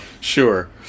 Sure